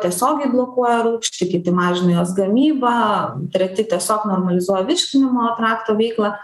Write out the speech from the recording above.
tiesiogiai blokuoja rūgštį kiti mažina jos gamybą treti tiesiog normalizuoja virškinamojo trakto veiklą